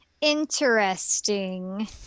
interesting